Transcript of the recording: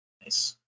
nice